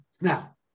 Now